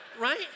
right